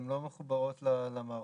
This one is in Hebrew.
הן לא מחוברות למערכות האלה.